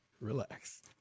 relax